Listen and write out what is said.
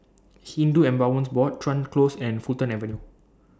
Hindu Endowments Board Chuan Close and Fulton Avenue